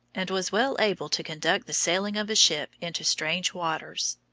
and was well able to conduct the sailing of a ship into strange waters.